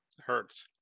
hurts